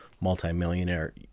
multi-millionaire